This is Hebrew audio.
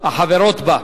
החברות בה,